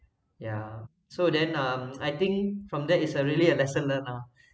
ya so then um I think from that it's a really a lesson learned lah